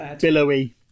billowy